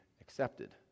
accepted